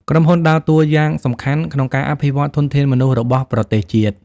ក្រុមហ៊ុនដើរតួយ៉ាងសំខាន់ក្នុងការអភិវឌ្ឍធនធានមនុស្សរបស់ប្រទេសជាតិ។